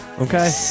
Okay